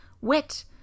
wet